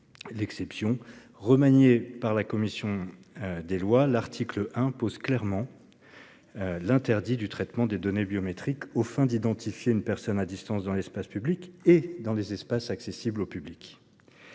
l'exception. Remanié par la commission des lois, l'article 1 tend à poser clairement l'interdit du traitement des données biométriques aux fins d'identifier une personne à distance dans l'espace public et dans les espaces accessibles au public,